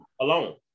alone